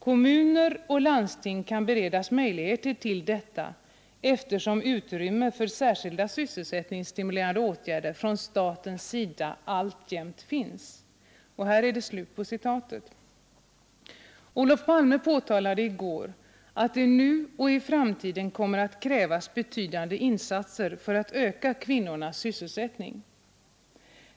Kommuner och landsting kan beredas möjligheter till detta eftersom utrymme för särskilda sysselsättningsstimulerande åtgärder från statens sida alltjämt finns.” Olof Palme påpekade i går att det nu och i framtiden kommer att krävas betydande insatser för att öka kvinnornas sysselsättning.